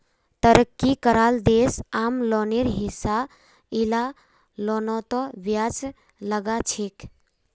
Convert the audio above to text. तरक्की कराल देश आम लोनेर हिसा इला लोनतों ब्याज लगाछेक